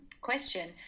question